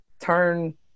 turn